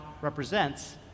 represents